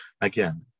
again